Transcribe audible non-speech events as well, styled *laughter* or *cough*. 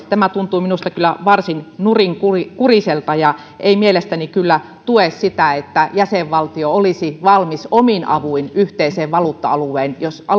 *unintelligible* tämä tuntuu minusta kyllä varsin nurinkuriselta ja ei mielestäni kyllä tue sitä että jäsenvaltio olisi valmis omin avuin yhteiseen valuutta alueeseen jos